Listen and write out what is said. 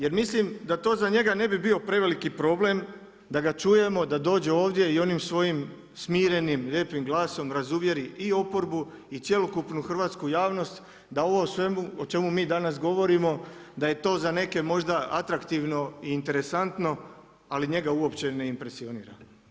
Jer mislim da to za njega ne bi bio preveliki problem da ga čujemo, da dođe ovdje i onim svojim smirenim lijepim glasom razuvjeri i oporbu i cjelokupnu hrvatsku javnost da ovo o svemu o čemu mi danas govorimo da je to za neke možda atraktivno i interesantno ali njega uopće ne impresionira.